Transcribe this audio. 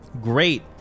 Great